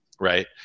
right